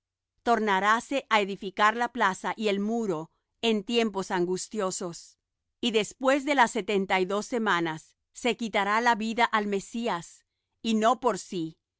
semanas tornaráse á edificar la plaza y el muro en tiempos angustiosos y después de las sesenta y dos semanas se quitará la vida al mesías y no por sí